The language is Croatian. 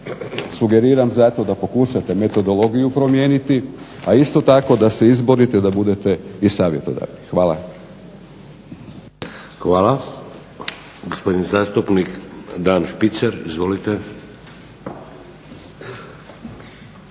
Sugeriram zato da pokušate metodologiju promijeniti, a isto tako da se izborite da budete i savjetodavni. Hvala. **Šeks, Vladimir (HDZ)** Hvala. Gospodin zastupnik Dan Špicer. Izvolite.